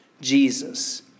Jesus